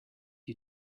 you